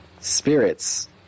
Spirits